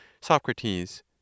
SOCRATES